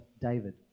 David